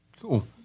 Cool